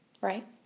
right